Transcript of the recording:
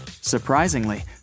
Surprisingly